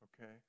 Okay